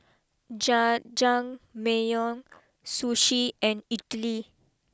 Jajangmyeon Sushi and Idili